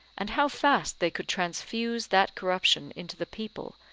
and how fast they could transfuse that corruption into the people,